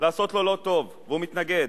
לעשות לו לא טוב והוא מתנגד.